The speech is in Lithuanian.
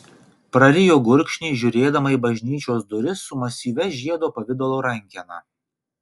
prarijo gurkšnį žiūrėdama į bažnyčios duris su masyvia žiedo pavidalo rankena